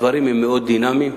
הדברים הם מאוד דינמיים.